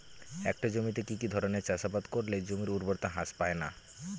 একটা জমিতে কি কি ধরনের চাষাবাদ করলে জমির উর্বরতা হ্রাস পায়না?